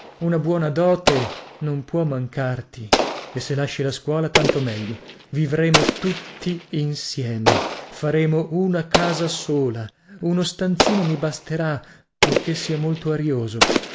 una buona dote non può mancarti e se lasci la scuola tanto meglio vivremo tutti insieme faremo una casa sola uno stanzino mi basterà purchè sia molto arioso